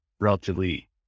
relatively